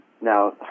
now